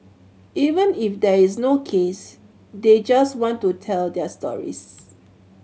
even if there is no case they just want to tell their stories